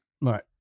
Right